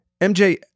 MJ